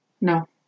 No